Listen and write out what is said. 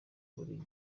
buri